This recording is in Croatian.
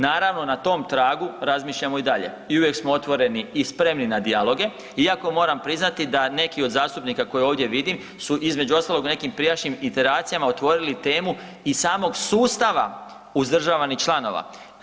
Naravno na tom tragu razmišljamo i dalje i uvijek smo otvoreni i spremni na dijaloge, iako moram priznati da neki od zastupnika koje ovdje vidim su u nekim prijašnjim iteracijama otvorili temu i samog sustava uzdržavanih članova.